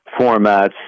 formats